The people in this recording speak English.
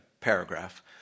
paragraph